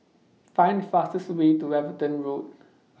Find The fastest Way to Everton Road